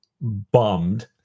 bummed